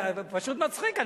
מצחיק.